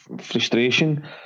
Frustration